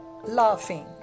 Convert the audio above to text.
laughing